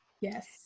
yes